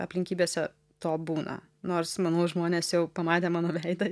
aplinkybėse to būna nors manau žmonės jau pamatę mano veidą